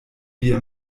wir